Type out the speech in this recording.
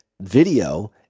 video